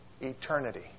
eternity